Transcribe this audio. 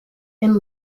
and